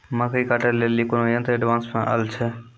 मकई कांटे ले ली कोनो यंत्र एडवांस मे अल छ?